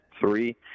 three